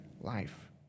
life